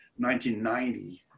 1990